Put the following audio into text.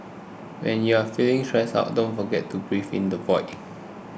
when you are feeling stressed out don't forget to breathe into the void